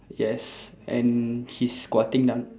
yes and he's squatting down